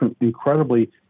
incredibly